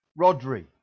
Rodri